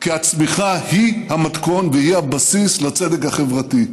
כי הצמיחה היא המתכון והיא הבסיס לצדק החברתי.